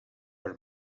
her